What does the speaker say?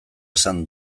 esan